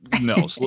No